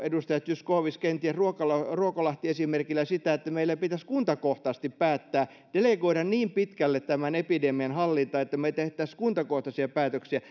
edustaja zyskowicz kenties ruokolahti ruokolahti esimerkillä sitä että meillä pitäisi kuntakohtaisesti päättää delegoida niin pitkälle tämän epidemian hallinta että me tekisimme kuntakohtaisia päätöksiä